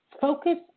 Focus